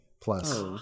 plus